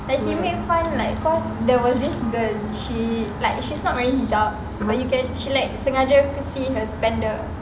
like he made fun like cause there was this girl she's not wearing hijab but he can like sengaja see the sepender